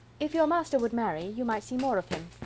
if your master would marry, you might see more of him.